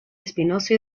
espinoso